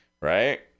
Right